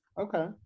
Okay